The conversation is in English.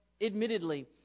admittedly